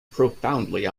profoundly